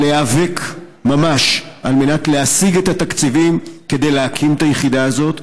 להיאבק ממש כדי להשיג את התקציבים כדי להקים את היחידה הזאת,